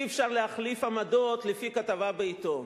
אי-אפשר להחליף עמדות לפי כתבה בעיתון.